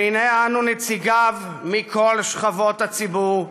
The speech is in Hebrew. והינה אנו, נציגיו מכל שכבות הציבור,